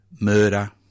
murder